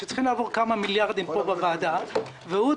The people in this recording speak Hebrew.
כאשר צריכים לעבור כמה מיליארדים בוועדת הכספים.